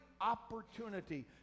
opportunity